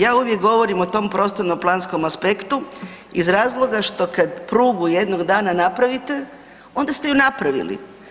Ja uvijek govorim o tom prostornom planskom aspektu iz razloga što kada prugu jednoga dana napravite onda ste ju napravili.